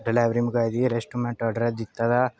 delivery मंगाई दी restaurant order ऐ दित्ते दा